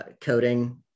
coding